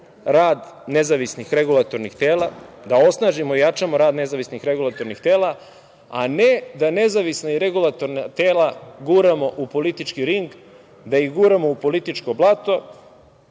rad nezavisnih regulatornih tela, da osnažimo i jačamo rad nezavisnih regulatornih tela, a ne da nezavisna i regulatorna tela guramo u politički ring, da ih guramo u političko blato,